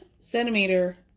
centimeter